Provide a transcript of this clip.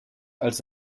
als